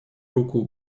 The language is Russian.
руку